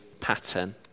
pattern